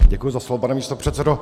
Děkuji za slovo, pane místopředsedo.